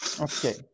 Okay